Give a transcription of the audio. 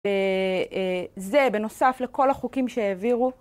וזה בנוסף לכל החוקים שהעבירו.